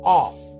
off